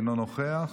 אינו נוכח,